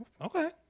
okay